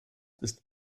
ist